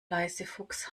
leisefuchs